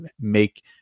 make